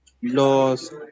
los